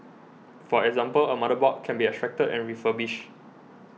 for example a motherboard can be extracted and refurbished